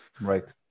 Right